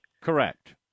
Correct